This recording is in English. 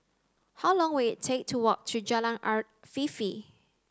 how long will it take to walk to Jalan Afifi